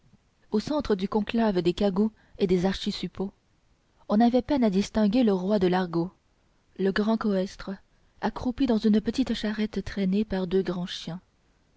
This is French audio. au centre du conclave des cagoux et des archisuppôts on avait peine à distinguer le roi de l'argot le grand coësre accroupi dans une petite charrette traînée par deux grands chiens